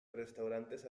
restaurantes